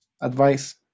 advice